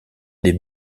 des